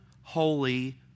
holy